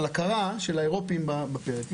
על הכרה של האירופאים בפרק.